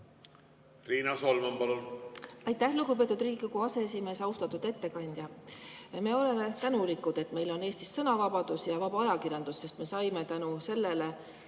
Riina Solman, palun!